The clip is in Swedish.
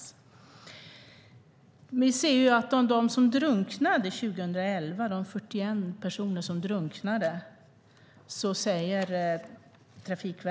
Trafikverket har tittat på detta och säger att av de 41 personer som drunknade 2011 skulle 30